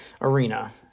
arena